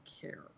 care